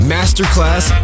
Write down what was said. Masterclass